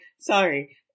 Sorry